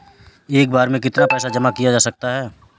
एक बार में कितना पैसा जमा किया जा सकता है?